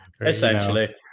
essentially